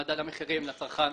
למדד המחירים לצרכן.